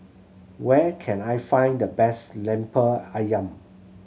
where can I find the best Lemper Ayam